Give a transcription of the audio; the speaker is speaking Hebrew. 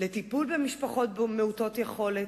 לטיפול במשפחות מעוטות יכולת.